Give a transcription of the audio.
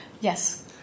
Yes